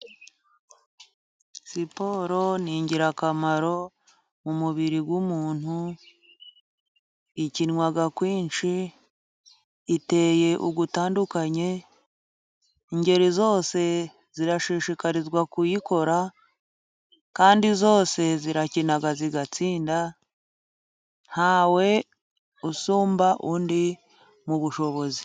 Siporo ni ingirakamaro mu mubiri w'umuntu, ikinwa kwinshi. Iteye ugutandukanye. Ingeri zose zirashishikarizwa kuyikora, kandi zose zirakina zigatsinda nta we usumba undi mu bushobozi.